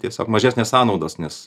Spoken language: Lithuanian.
tiesiog mažesnės sąnaudos nes